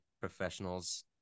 professionals